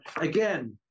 again